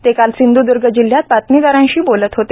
ते काल सिंध्दर्ग जिल्ह्यात बातमीदारांशी बोलत होते